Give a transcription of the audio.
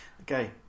Okay